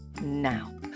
Now